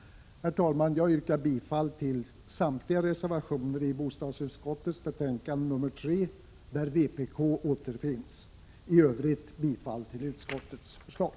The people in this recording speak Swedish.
Herr talman! Jag yrkar bifall till samtliga reservationer i bostadsutskottets betänkande nr 3 där vpk återfinns; i övrigt yrkar jag bifall till utskottets förslag.